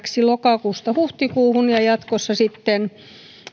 lokakuusta huhtikuuhun jatkossa sitten